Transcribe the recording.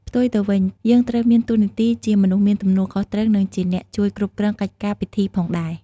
ផ្ទុយទៅវិញ យើងត្រូវមានតួនាទីជាមនុស្សមាន ទំនួលខុសត្រូវ និងជាអ្នក ជួយគ្រប់គ្រងកិច្ចការពិធីផងដែរ។